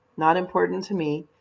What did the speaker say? not important to me.